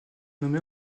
nommée